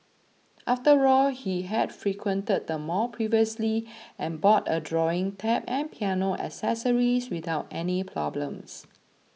after all he had frequented the mall previously and bought a drawing tab and piano accessories without any problems